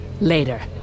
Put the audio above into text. Later